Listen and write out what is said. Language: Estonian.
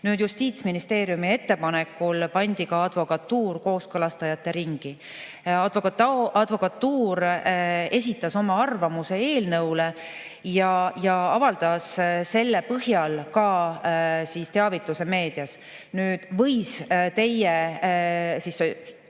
Justiitsministeeriumi ettepanekul pandi ka advokatuur kooskõlastajate ringi. Advokatuur esitas oma arvamuse eelnõu kohta ja avaldas selle põhjal ka teavituse meedias. See informatsioon